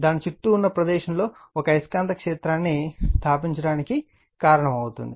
దాని చుట్టూ ఉన్న ప్రదేశంలో ఒక అయస్కాంత క్షేత్రాన్ని స్థాపించడానికి కారణమవుతుంది